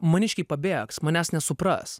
maniškiai pabėgs manęs nesupras